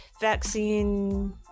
vaccine